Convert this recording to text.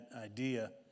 idea